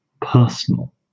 personal